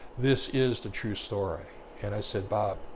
this is the true story and i said, bob,